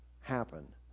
happen